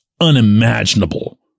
unimaginable